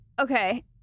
Okay